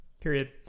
period